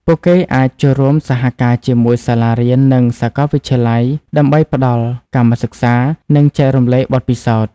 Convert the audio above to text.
ពួកគេអាចចូលរួមសហការជាមួយសាលារៀននិងសាកលវិទ្យាល័យដើម្បីផ្តល់កម្មសិក្សា និងចែករំលែកបទពិសោធន៍។